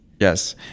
Yes